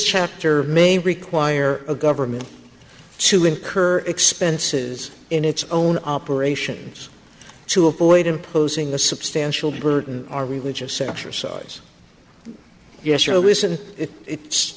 chapter may require a government to incur expenses in its own operations to avoid imposing the substantial burden our religious exercise yes or listen it's